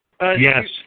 Yes